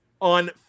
on